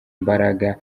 imbaraga